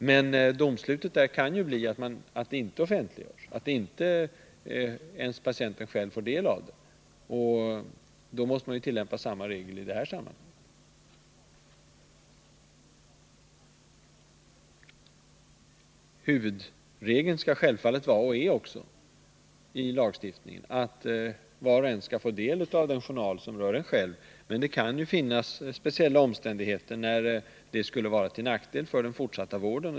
Men domslutet kan bli att patienten inte får se journalen. Då måste man tillämpa samma regel i detta sammanhang. Huvudregeln i lagstiftningen skall självfallet vara — och är det också — att var och en skall få del av den journal som rör en själv. Men det kan finnas speciella omständigheter, när detta skulle vara till nackdel för den fortsatta vården.